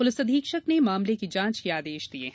police अधीक्षक मामले की जांच के आदेश दिये है